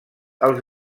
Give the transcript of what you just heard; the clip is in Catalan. als